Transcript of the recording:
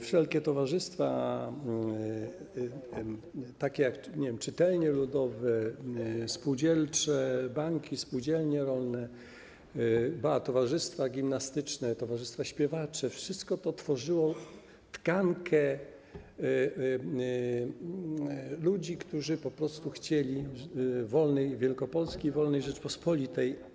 Wszelkie towarzystwa, takie jak czytelnie ludowe, banki spółdzielcze, spółdzielnie rolne, ba, towarzystwa gimnastyczne, towarzystwa śpiewacze - wszystko to tworzyło tkankę ludzi, którzy po prostu chcieli wolnej Wielkopolski i wolnej Rzeczypospolitej.